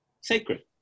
sacred